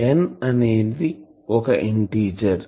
N అనేది ఒక integer